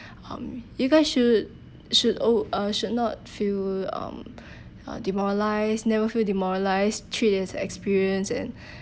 um you guys should should o~ should not feel um uh demoralised never feel demoralised treat it as experience and